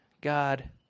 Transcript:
God